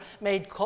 made